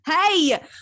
Hey